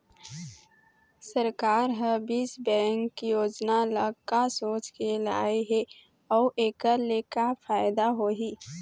सरकार ह बीज बैंक योजना ल का सोचके लाए हे अउ एखर ले का फायदा होही?